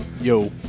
Yo